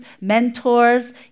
mentors